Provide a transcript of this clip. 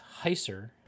Heiser